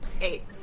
Eight